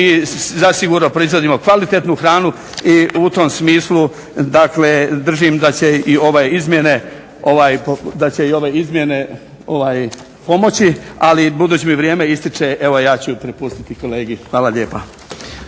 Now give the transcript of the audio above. mi zasigurno proizvodimo kvalitetnu hranu i u tom smislu dakle držim da će i ove izmjene pomoći. Ali budući da mi vrijeme ističe evo ja ću prepustiti kolegi. Hvala lijepa.